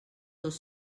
dos